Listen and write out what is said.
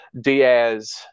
Diaz –